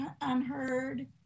unheard